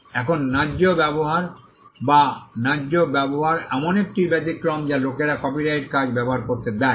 এখন ন্যায্য ব্যবহার বা ন্যায্য ব্যবহার এমন একটি ব্যতিক্রম যা লোকেরা কপিরাইটযুক্ত কাজ ব্যবহার করতে দেয়